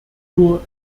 nur